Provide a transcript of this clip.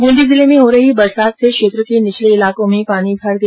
बूंदी जिले में हो रही बरसात से क्षेत्र के निचले इलाकों में पानी भर गया